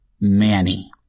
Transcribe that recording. Manny